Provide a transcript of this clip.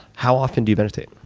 how often do you meditate?